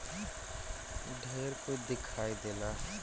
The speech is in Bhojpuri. ढेरे कुछ दिखाई देला